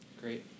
Great